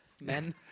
men